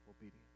obedience